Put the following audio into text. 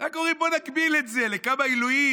רק אומרים: בואו נגביל את זה לכמה עילויים,